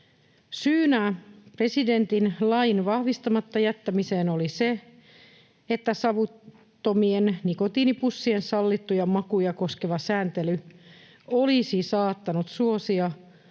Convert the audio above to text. Syynä presidentin lain vahvistamatta jättämiseen oli se, että savuttomien nikotiinipussien sallittuja makuja koskeva sääntely olisi saattanut suosia